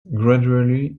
gradually